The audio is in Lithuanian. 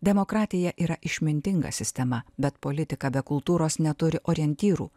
demokratija yra išmintinga sistema bet politika be kultūros neturi orientyrų